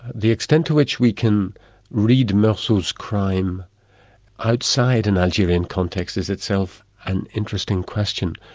the extent to which we can read merceau's crime outside an algerian context is itself an interesting question.